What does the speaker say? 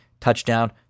Touchdown